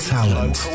talent